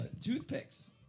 Toothpicks